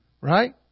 right